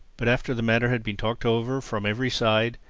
but after the matter had been talked over from every side,